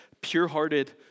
pure-hearted